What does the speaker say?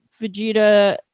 Vegeta